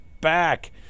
back